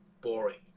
boring